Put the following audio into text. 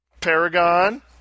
Paragon